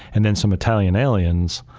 and then some italian aliens,